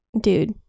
dude